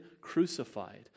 crucified